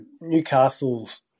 Newcastle's